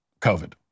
COVID